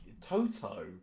Toto